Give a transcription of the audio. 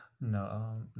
no